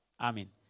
Amen